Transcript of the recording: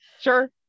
Sure